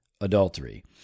adultery